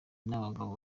n’abagabo